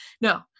no